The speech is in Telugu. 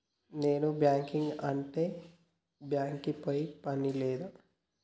నాన్ బ్యాంకింగ్ అంటే బ్యాంక్ కి పోయే పని లేదా?